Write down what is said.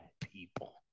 people